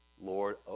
Lord